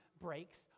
breaks